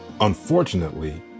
Unfortunately